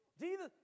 Jesus